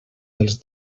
dels